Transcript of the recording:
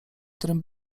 którym